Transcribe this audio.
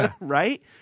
Right